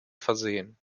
versehen